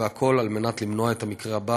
והכול כדי למנוע את המקרה הבא